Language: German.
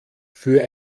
für